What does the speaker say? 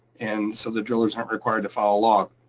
and so the drillers aren't required to file a log.